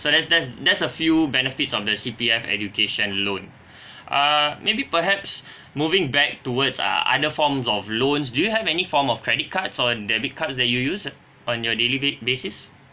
so that's that's that's a few benefits of the C_P_F education loan err maybe perhaps moving back towards ah other forms of loans do you have any form of credit cards or debit cards that you use on your daily ba~ basis